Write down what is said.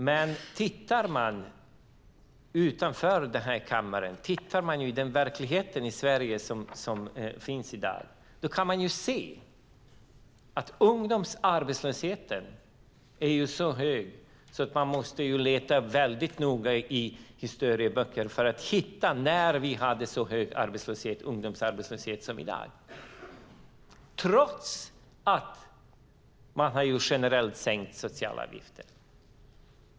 Men tittar man utanför denna kammare och i den verklighet som finns i dag kan man se att ungdomsarbetslösheten är så hög att man måste leta väldigt noga i historieböcker för att hitta när vi hade så hög ungdomsarbetslöshet som i dag - trots att man generellt har sänkt sociala avgifter.